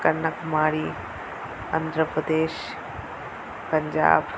Kanyakumari Andhra Pradesh Punjab